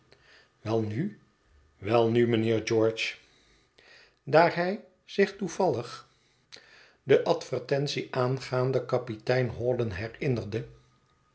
welnu welnu mijnheer george daar hij zich toevallig de advertentie aangaande kapitein hawdon herinnerde